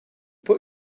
put